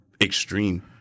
extreme